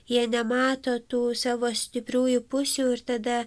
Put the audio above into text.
jie nemato tų savo stipriųjų pusių ir tada